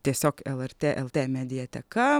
tiesiog lrt lt mediateka